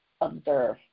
observe